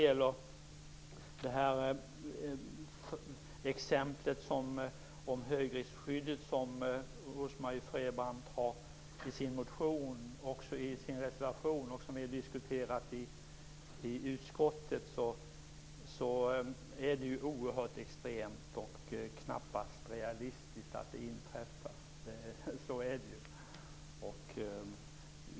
Frebran tar upp i sin motion och sin reservation och som vi diskuterat i utskottet är oerhört extremt och knappast realistiskt att det inträffar.